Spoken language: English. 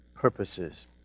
purposes